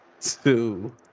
two